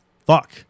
fuck